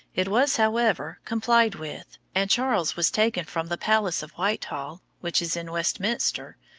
it was, however, complied with, and charles was taken from the palace of whitehall, which is in westminster,